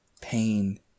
pain